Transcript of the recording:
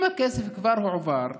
אם הכסף כבר הועבר,